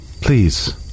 Please